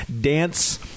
dance